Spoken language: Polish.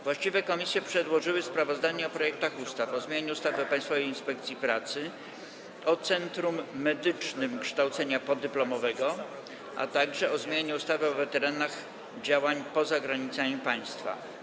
Właściwe komisje przedłożyły sprawozdania o projektach ustaw: - o zmianie ustawy o Państwowej Inspekcji Pracy, - o Centrum Medycznym Kształcenia Podyplomowego, - o zmianie ustawy o weteranach działań poza granicami państwa.